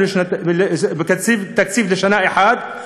תקציב לשנה אחת,